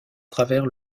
travers